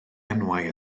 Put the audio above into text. enwau